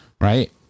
Right